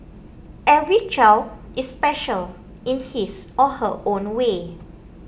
every child is special in his or her own way